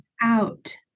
out